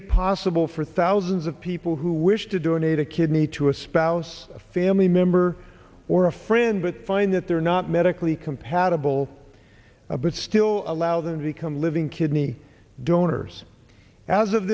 it possible for thousands of people who wish to donate a kidney to a spouse family member or a friend but find that they're not medically compatible a but still allows and become living kidney donors as of